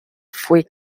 fue